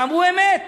ואמרו אמת.